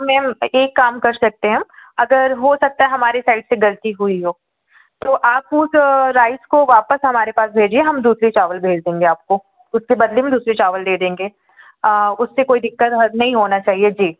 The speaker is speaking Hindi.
मैम एक काम कर सकते हैं हम अगर हो सकता हमारे साइड से ग़लती हुई हो तो आप उस राइस को वापस हमारे पास भेजिए हम दूसरे चावल भेज देंगे आपको उसके बदले में दूसरे चावल दे देंगे उससे कोई दिक्कत नहीं होना चाहिए जी